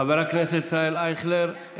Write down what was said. חבר הכנסת ישראל אייכלר,